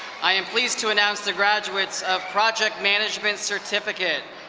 i am pleased to announce the graduates of project management certificate.